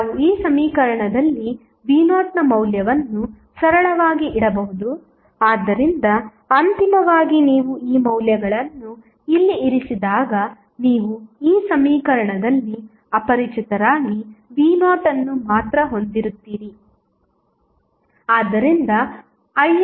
ನಾವು ಈ ಸಮೀಕರಣದಲ್ಲಿ v0 ನ ಮೌಲ್ಯವನ್ನು ಸರಳವಾಗಿ ಇಡಬಹುದು ಆದ್ದರಿಂದ ಅಂತಿಮವಾಗಿ ನೀವು ಈ ಮೌಲ್ಯಗಳನ್ನು ಇಲ್ಲಿ ಇರಿಸಿದಾಗ ನೀವು ಈ ಸಮೀಕರಣದಲ್ಲಿ ಅಪರಿಚಿತರಾಗಿ v0 ಅನ್ನು ಮಾತ್ರ ಹೊಂದಿರುತ್ತೀರಿ